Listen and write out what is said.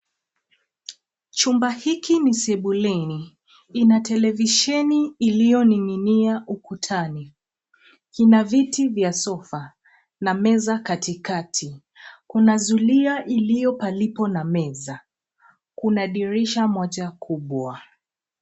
Chumba hiki ni sebuleni. Ina televisheni iliyoning'inia ukutani, ina viti vya sofa na meza katikati. Kuna zulia ilio palipo na meza. Kuna dirisha moja kubwa.